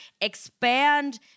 expand